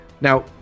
now